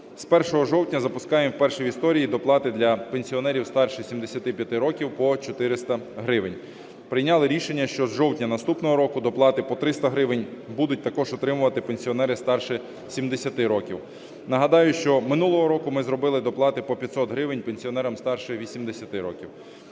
З 1 жовтня запускаємо вперше в історії доплати для пенсіонерів старше 75 років по 400 гривень. Прийняли рішення, що з жовтня наступного року доплати по 300 гривень будуть також отримувати пенсіонери старше 70 років. Нагадаю, що минулого року ми зробили доплати по 500 гривень пенсіонерам старше 80 років.